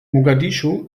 mogadischu